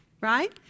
right